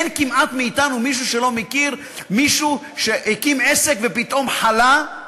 כמעט אין מאתנו מישהו שלא מכיר מישהו שהקים עסק ופתאום חלה,